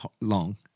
long